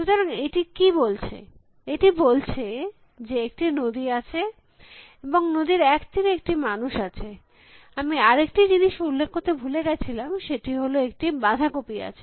সুতরাং এটি কী বলছে এটি বলছে যে একটি নদী আছে এবং নদীর এক তীরে একটি মানুষটি আছে আমি আরেকটি জিনিস উল্লেখ করতে ভুলে গেছিলাম সেটি হল একটি বাঁধাকপি আছে